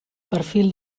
perfil